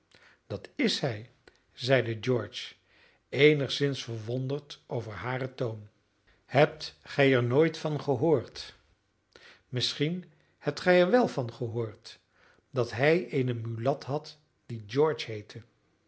dat is hij zeide george eenigszins verwonderd over haren toon hebt gij er nooit van gehoord misschien hebt gij er wel van gehoord dat hij een mulat had die george heette